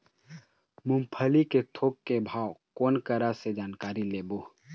मूंगफली के थोक के भाव कोन करा से जानकारी लेबो?